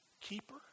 keeper